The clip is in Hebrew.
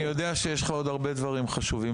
אני יודע שיש לך עוד הרבה דברים חשובים